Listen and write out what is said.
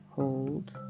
Hold